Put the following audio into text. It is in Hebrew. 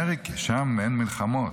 (חוזר על דבריו ביידיש), שם אין מלחמות,